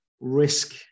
risk